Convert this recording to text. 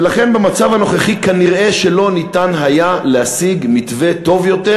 ולכן במצב הנוכחי כנראה לא ניתן היה להשיג מתווה טוב יותר,